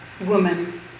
woman